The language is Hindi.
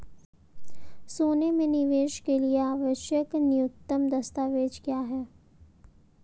सोने में निवेश के लिए आवश्यक न्यूनतम दस्तावेज़ क्या हैं?